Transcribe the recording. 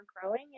growing